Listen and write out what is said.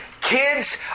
kids